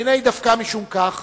והנה דווקא משום כך,